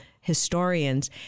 historians